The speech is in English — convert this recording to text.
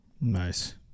nice